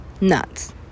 nuts